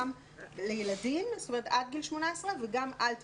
גם לילדים עד גיל 18 וגם לחינוך על-תיכוני.